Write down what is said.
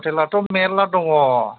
हटेलाथ' मेरला दङ